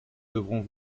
devront